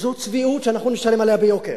זו צביעות שאנחנו נשלם עליה ביוקר.